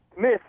miss